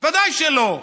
בוודאי שלא.